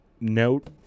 note